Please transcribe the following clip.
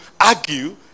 argue